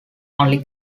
only